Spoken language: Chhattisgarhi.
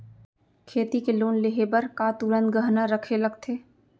खेती के लोन लेहे बर का तुरंत गहना रखे लगथे?